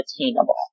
attainable